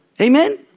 Amen